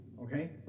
okay